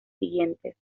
siguientes